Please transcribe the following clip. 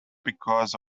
because